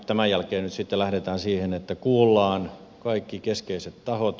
tämän jälkeen lähdetään siihen että kuullaan kaikki keskeiset tahot